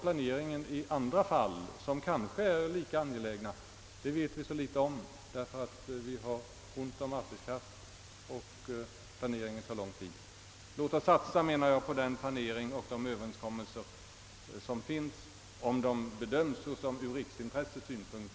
Hur lång tid den tar i andra fall, som kanske är lika angelägna, vet vi så litet om, eftersom vi har ont om arbetskraft och denna planering alltid är tidskrävande. Låt oss därför satsa på den planering och de överenskommelser som finns, om de bedöms som riktiga från riksintressets synpunkt!